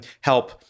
help